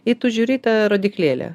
i tu žiūri į tą rodyklėlę